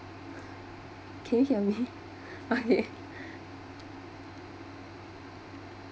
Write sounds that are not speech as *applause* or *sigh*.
can you hear me okay *breath*